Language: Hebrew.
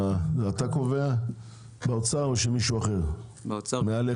אתה קובע באוצר או מישהו אחר מעליך?